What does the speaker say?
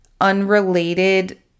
unrelated